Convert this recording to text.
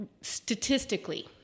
statistically